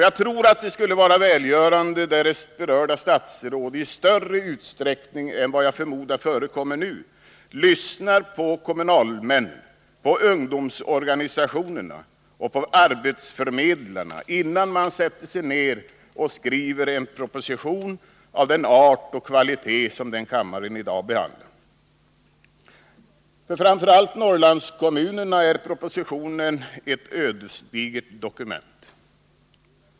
Jag tror att det skulle vara välgörande om berörda statsråd i större utsträckning än vad jag förmodar förekommer nu lyssnade på kommunalmännen, på ungdomsorganisationerna och på arbetsförmedlarna innan de satte sig ned och skrev en proposition av den art och kvalitet som den kammaren i dag behandlar. För framför allt Norrlandskommunerna är propositionen ett ödesdigert dokument.